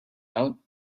out